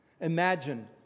Imagine